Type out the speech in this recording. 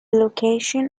location